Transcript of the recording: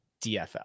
DFL